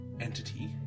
entity